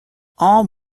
all